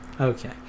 Okay